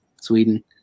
Sweden